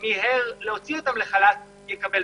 שמיהר להוציאם לחל"ת יקבל פיצוי.